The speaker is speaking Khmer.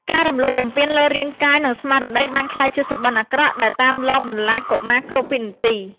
ការរំលោភបំពានលើរាងកាយ និងស្មារតីបានក្លាយជាសុបិនអាក្រក់ដែលតាមលងបន្លាចកុមារគ្រប់វិនាទី។